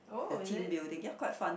the team building ya quite fun